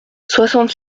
soixante